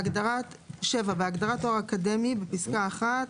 (7) בהגדרה "תואר אקדמי" בפסקה (1),